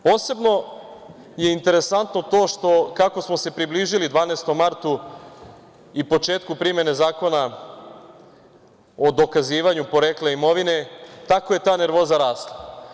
Posebno je interesantno to što kako smo se približili 12. martu i početku primene Zakona o dokazivanju porekla imovine, tako je ta nervoza rasla.